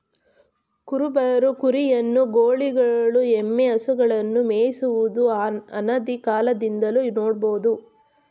ಕುರುಬರು ಕುರಿಯನ್ನು, ಗೌಳಿಗಳು ಎಮ್ಮೆ, ಹಸುಗಳನ್ನು ಮೇಯಿಸುವುದು ಅನಾದಿಕಾಲದಿಂದಲೂ ನೋಡ್ಬೋದು